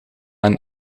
een